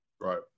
Right